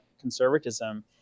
conservatism